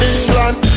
England